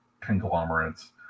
conglomerates